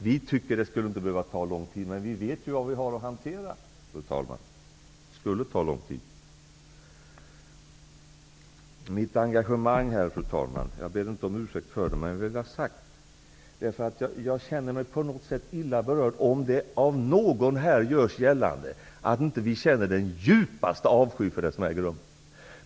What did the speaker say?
Vi tycker att det inte skulle behöva ta lång tid, men vi vet vad vi har att hantera, fru talman, och det skulle ta lång tid. Fru talman! Jag ber inte om ursäkt för mitt engagemang här, men jag vill säga att jag känner mig illa berörd om det av någon här görs gällande att vi inte känner den djupaste avsky för det som äger rum.